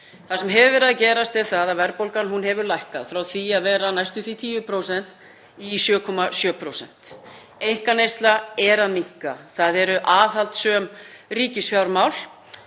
Það sem hefur verið að gerast er að verðbólgan hefur lækkað frá því að vera næstum því 10% í 7,7%. Einkaneysla er að minnka, það eru aðhaldssöm ríkisfjármál.